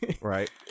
Right